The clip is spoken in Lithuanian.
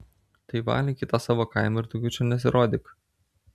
tai valink į tą savo kaimą ir daugiau čia nesirodyk